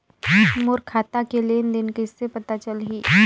मोर खाता के लेन देन कइसे पता चलही?